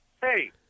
hey